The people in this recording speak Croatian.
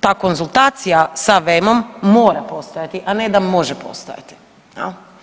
ta konzultacija sa VEM-om mora postojati, a ne da može postojati.